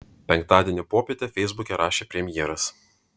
penktadienio popietę feisbuke rašė premjeras